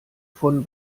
von